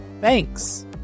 Thanks